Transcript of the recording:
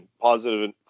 positive